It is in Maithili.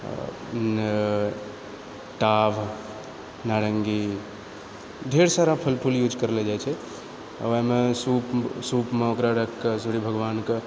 टाभ नारंगी ढेर सारा फल फूल यूज करलो जाइत छै ओएहमे सूपमे ओकरा राखि कऽ सूर्य भगवानके